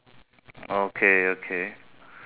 okay okay